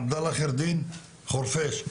עבדאללה, ראש מועצת חורפיש.